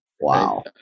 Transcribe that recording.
Wow